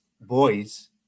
boys